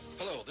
Hello